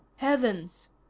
heavens,